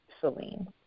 Celine